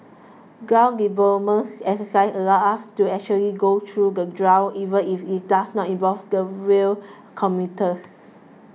ground deployments exercises allow us to actually go through the drill even if it does not involve the rail commuters